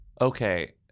Okay